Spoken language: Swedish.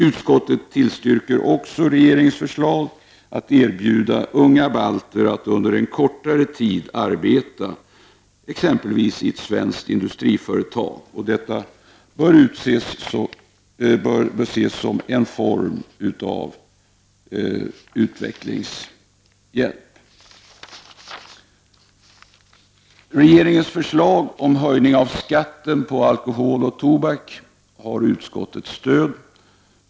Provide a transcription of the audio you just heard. Utskottet tillstyrker också regeringens förslag att erbjuda unga balter att under en kortare tid arbeta exempelvis i ett svenskt industriföretag. Detta bör ses som en form av utvecklingshjälp. Regeringens förslag om en höjning av skatten på alkohol och tobak har utskottets stöd.